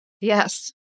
Yes